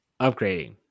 Upgrading